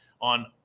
on